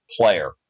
player